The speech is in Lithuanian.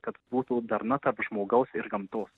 kad būtų darna tarp žmogaus ir gamtos